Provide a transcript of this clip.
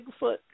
Bigfoot